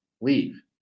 Leave